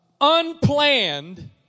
unplanned